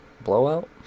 Blowout